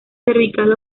cervical